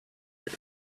here